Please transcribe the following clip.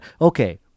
okay